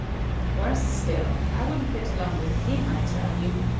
worse still. i wouldn't get along with him, i tell you.